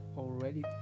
already